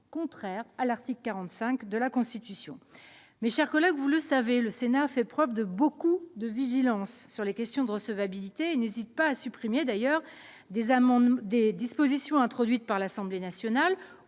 contraires à l'article 45 de la Constitution. Mes chers collègues, vous le savez, le Sénat fait preuve d'une grande vigilance sur les questions de recevabilité et n'hésite pas à supprimer des dispositions introduites par l'Assemblée nationale